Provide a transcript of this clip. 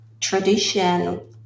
tradition